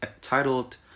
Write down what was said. titled